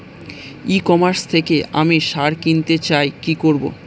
E commerce থেকে আমি সার কিনতে চাই কি করব?